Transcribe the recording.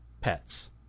pets